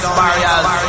barriers